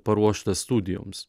paruoštas studijoms